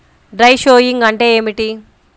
Dry sowing అంటే ఏమిటి?